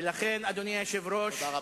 ולכן, אדוני היושב-ראש,